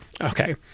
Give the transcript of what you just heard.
okay